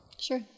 Sure